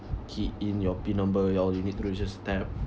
key in your pin number y~ all you need to do is just tap